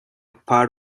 part